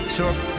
took